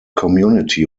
community